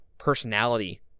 personality